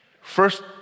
First